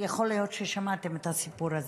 יכול להיות ששמעתם את הסיפור הזה,